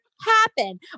happen